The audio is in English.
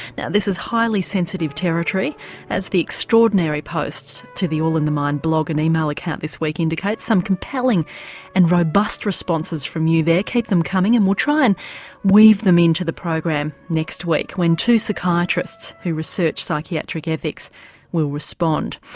now this is highly sensitive territory as the extraordinary posts to the all in the mind blog and email account this week indicate. some compelling and robust responses from you there, keep them coming, and we'll try and weave them in to the program next week when two psychiatrists who research psychiatric ethics will respond.